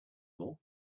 more